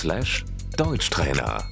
Deutschtrainer